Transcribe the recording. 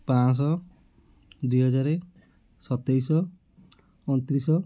ପାଞ୍ଚଶହ ଦୁଇ ହଜାର ସତେଇଶ ଅଣତିରିଶ